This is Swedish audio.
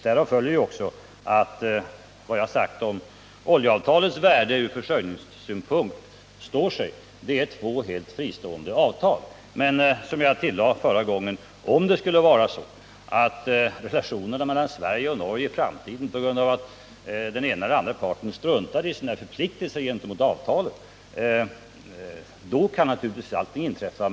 Därav följer också att vad jag sagt om oljeavtalets värde ur försörjningssynpunkt står sig. Det är två helt fristående avtal. Men, som jag tillade i en tidigare replik, om relationerna mellan Sverige och Norge i framtiden skulle försämras på grund av att den ena eller andra parten struntar i sina förpliktelser enligt avtalet kan naturligtvis allting inträffa.